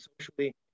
socially